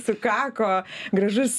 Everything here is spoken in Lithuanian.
sukako gražus